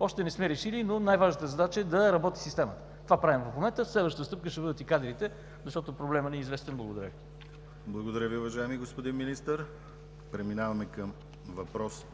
още не сме решили, но най-важната задача е да работи системата. Това правим в момента. Следващата стъпка ще бъдат и кадрите, защото проблемът ни е известен. Благодаря Ви. ПРЕДСЕДАТЕЛ ДИМИТЪР ГЛАВЧЕВ: Благодаря Ви, уважаеми господин Министър. Преминаваме към въпрос